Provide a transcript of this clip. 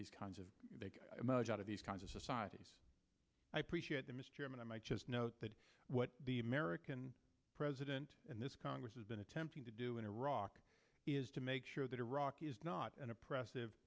these kinds of these kinds of out of these kinds of societies i appreciate that mr chairman i might just note that what the american president and this congress has been attempting to do in iraq is to make sure that iraq is not an oppressive